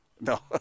No